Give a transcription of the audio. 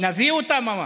נביא אותם, אמר.